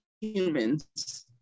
humans